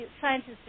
scientists